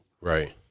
Right